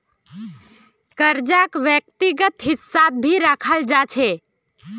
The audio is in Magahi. कर्जाक व्यक्तिगत हिस्सात भी रखाल जा छे